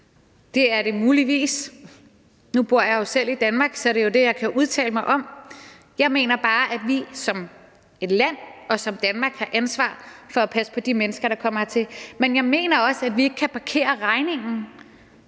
Det er det muligvis. Nu bor jeg selv i Danmark, så det er det, jeg kan udtale mig om. Jeg mener bare, at vi som et land og som Danmark har ansvar for at passe på de mennesker, der kommer hertil. Men jeg mener også, at vi ikke kan parkere regningen